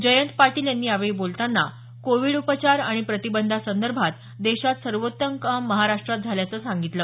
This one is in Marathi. जयंत पाटील यांनी यावेळी बोलताना कोविड उपचार आणि प्रतिबंधासंदर्भात देशात सर्वोत्तम काम महाराष्ट्रात झाल्याचं सांगितलं